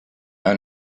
own